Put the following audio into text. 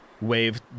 wave